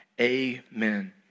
Amen